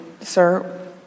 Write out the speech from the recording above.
Sir